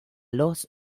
los